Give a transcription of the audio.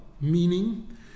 meaning